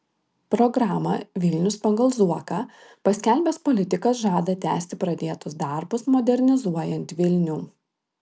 programą vilnius pagal zuoką paskelbęs politikas žada tęsti pradėtus darbus modernizuojant vilnių